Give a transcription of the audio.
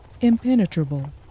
impenetrable